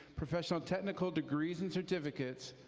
professional technical degrees and certificates,